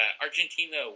Argentina